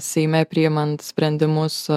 seime priimant sprendimus